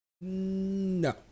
No